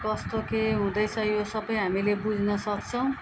कस्तो के हुँदैछ यो सबै हामीले बुझ्न सक्छौँ